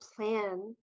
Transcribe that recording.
plan